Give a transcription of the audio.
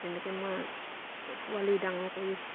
তেনেকে মই পোৱালি ডাঙৰ কৰি